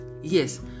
Yes